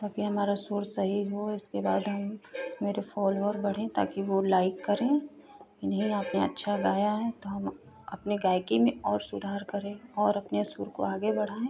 ताकि हमारा सुर सही हो इसके बाद हम मेरे फ़ोलोवर बढ़ें ताकि वो लाइक करें कि नहीं आपने अच्छा गाया है तो हम अपने गायकी में और सुधार करें और अपने सुर को आगे बढ़ाएँ